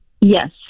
Yes